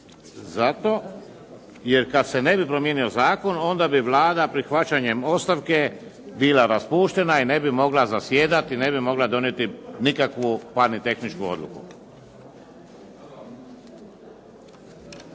zato jer kad se ne bi promijenio zakon onda bi Vlada prihvaćanjem ostavke bila raspuštena i ne bi mogla zasjedati, ne bi mogla donijeti nikakvu pa ni tehničku odluku.